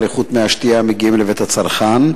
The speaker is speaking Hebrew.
איכות מי השתייה המגיעים לבית הצרכן?